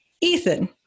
Ethan